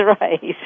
right